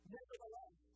Nevertheless